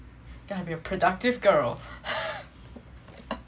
gonna be a productive girl